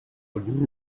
would